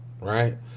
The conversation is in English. right